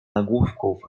nagłówków